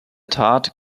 tat